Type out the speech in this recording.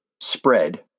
spread